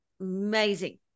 amazing